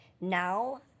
now